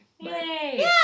Yay